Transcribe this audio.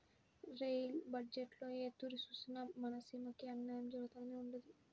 rail బజ్జెట్టులో ఏ తూరి సూసినా మన సీమకి అన్నాయం జరగతానే ఉండాది